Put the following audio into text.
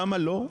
למה לא?